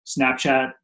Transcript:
Snapchat